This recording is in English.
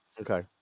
Okay